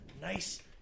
nice